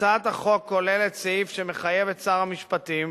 הצעת החוק כוללת סעיף שמחייב את שר המשפטים